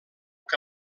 que